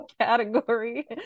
category